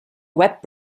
web